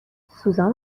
سوزان